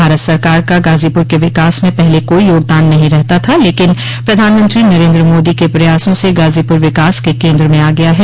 भारत सरकार का गाजीपुर के विकास में पहले कोई योगदान नहीं रहता था लेकिन प्रधानमंत्री नरेन्द्र मोदी के प्रयासों से गाजीपुर विकास के केन्द्र म आ गया है